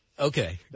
Okay